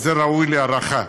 ווזה ראוי להערכה,